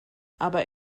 aber